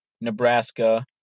Nebraska